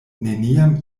neniam